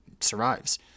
survives